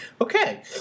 Okay